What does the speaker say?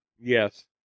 Yes